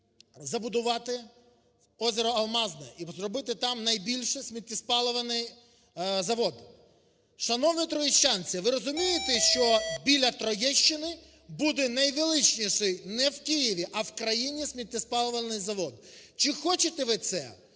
забудувати озеро Алмазне і зробити там найбільший сміттєспалювальний завод. Шановні троєщанці, ви розумієте, що біля Троєщини буде найвеличніший не в Києві, а в країні сміттєспалювальний завод. Чи хочете ви це?